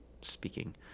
speaking